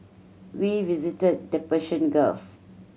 we visited the Persian Gulf